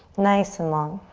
nice and long.